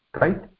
Right